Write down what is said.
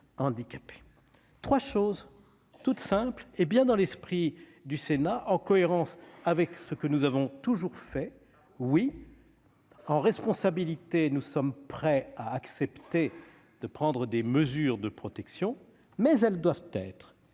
handicapées. Ces trois choses toutes simples sont bien dans l'esprit du Sénat. Elles sont en cohérence avec ce que nous avons toujours fait. En responsabilité, nous sommes prêts à accepter de prendre des mesures de protection, mais celles-ci doivent être